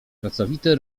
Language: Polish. pracowity